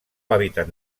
hàbitat